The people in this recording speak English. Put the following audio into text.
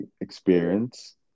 experience